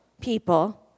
people